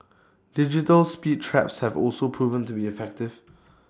digital speed traps have also proven to be effective